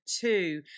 two